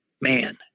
man